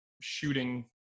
shooting –